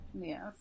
Yes